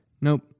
nope